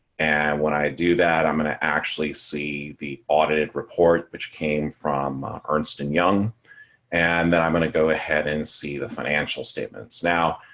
and when i do that, i'm going to actually see the audit report, which came from ernst and young and i'm going to go ahead and see the financial statements. now,